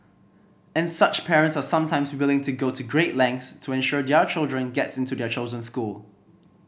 and such parents are sometimes willing to go to great lengths to ensure their child gets into their chosen school